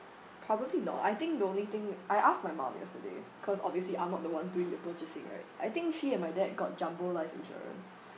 probably not I think the only thing I asked my mum yesterday cause obviously I'm not the one doing the purchasing right I think she and my dad got jumbo life insurance